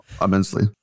immensely